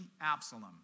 Absalom